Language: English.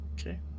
Okay